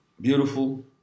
beautiful